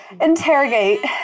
interrogate